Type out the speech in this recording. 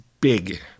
big